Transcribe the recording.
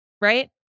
Right